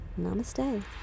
Namaste